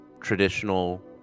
traditional